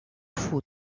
foot